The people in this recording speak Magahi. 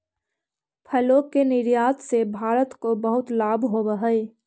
फलों के निर्यात से भारत को बहुत लाभ होवअ हई